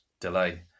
delay